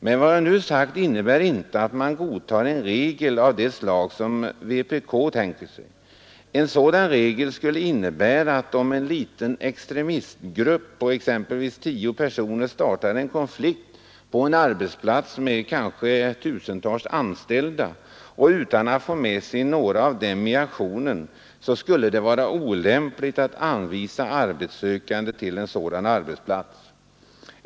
Vad jag nu har sagt innebär emellertid inte att man godtar en regel av det slag som vpk tänker sig. En sådan regel skulle innebära att om en liten extremistgrupp på exempelvis tio personer startar en konflikt på en arbetsplats med kanske tusentals anställda utan att få med sig några av dem i aktionen, skulle det vara olämpligt att anvisa arbetssökande till en sådan arbetsplats.